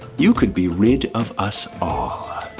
you could be rid of us ah